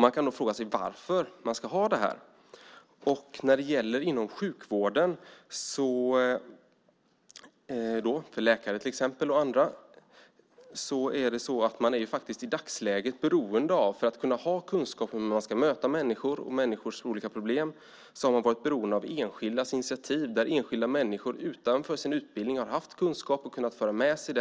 Man kan då fråga sig varför de ska ha det. Inom sjukvården måste till exempel läkare och andra i dagsläget ha kunskaper om människors olika problem när de ska möta människor, och de har då varit beroende av enskildas initiativ. Det är enskilda människor som utanför sin utbildning har haft kunskap och kunnat föra den med sig